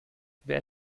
wer